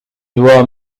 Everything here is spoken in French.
dois